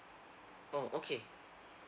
oh okay